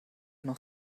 noch